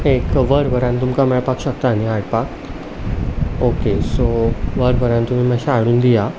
एक वरभरान तुमकां मेळपाक शकता न्ही हाडपाक ओके सो वरभरान तुमी मातशें हाडून दिया